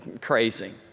crazy